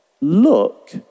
Look